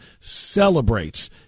celebrates